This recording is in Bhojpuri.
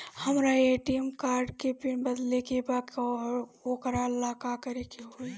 हमरा ए.टी.एम कार्ड के पिन बदले के बा वोकरा ला का करे के होई?